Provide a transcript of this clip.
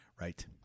Right